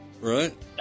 right